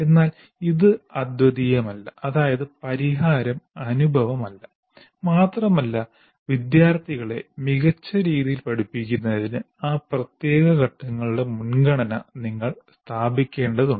എന്നാൽ ഇത് അദ്വിതീയമല്ല അതായത് പരിഹാരം അനുപമമല്ല മാത്രമല്ല വിദ്യാർത്ഥികളെ മികച്ച രീതിയിൽ പഠിപ്പിക്കുന്നതിന് ആ പ്രത്യേക ഘട്ടങ്ങളുടെ മുൻഗണന നിങ്ങൾ സ്ഥാപിക്കേണ്ടതുണ്ട്